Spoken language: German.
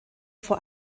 vor